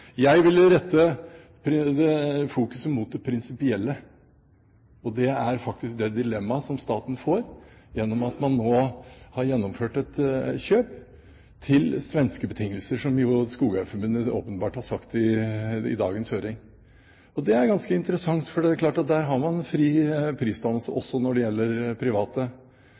Jeg vil fokusere på det prinsipielle, og det er faktisk det dilemmaet som staten får gjennom at man nå har gjennomført et kjøp til svenske betingelser, som Skogeierforbundet åpenbart har sagt i dagens høring. Det er ganske interessant, for det er klart at der har man fri prisdannelse også når det gjelder private.